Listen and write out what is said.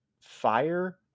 fire